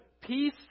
peace